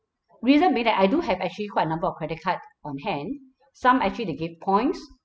reason being that I do have actually quite a number of credit card on hand some actually they give points